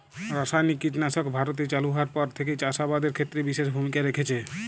রাসায়নিক কীটনাশক ভারতে চালু হওয়ার পর থেকেই চাষ আবাদের ক্ষেত্রে বিশেষ ভূমিকা রেখেছে